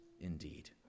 indeed